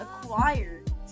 acquired